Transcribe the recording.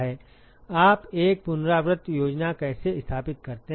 आप एक पुनरावृत्त योजना कैसे स्थापित करते हैं